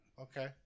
okay